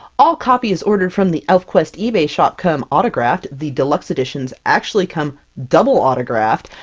all copies ordered from the elfquest ebay shop come autographed, the deluxe editions actually come double autographed,